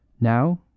Now